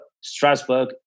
Strasbourg